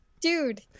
Dude